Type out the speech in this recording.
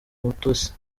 umutesi